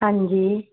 ਹਾਂਜੀ